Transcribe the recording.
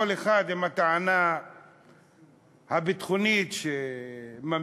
כל אחד עם הטענה הביטחונית שהוא ממציא,